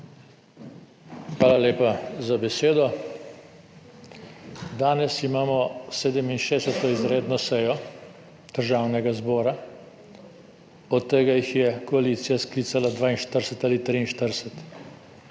Hvala lepa za besedo. Danes imamo 67. izredno sejo Državnega zbora, od tega jih je koalicija sklicala 42 ali 43,